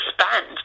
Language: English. expand